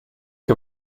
che